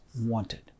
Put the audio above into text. wanted